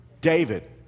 david